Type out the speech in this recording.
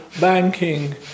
banking